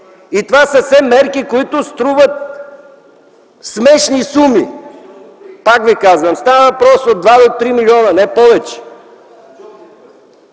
Това са все мерки, които струват смешни суми. Пак ви казвам, става въпрос за 2-3 милиона, не повече.